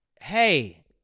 hey